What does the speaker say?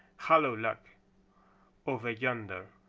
hollow log over yonder,